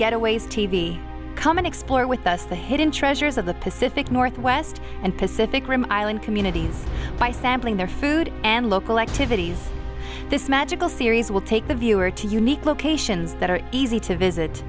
getaways t v come and explore with us the hidden treasures of the pacific northwest and pacific island communities by sampling their food and local activities this magical series will take the viewer to unique locations that are easy to visit